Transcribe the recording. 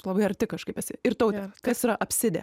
labai arti kažkaip esi ir taute kas yra apsidė